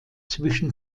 zwischen